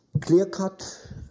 Clear-cut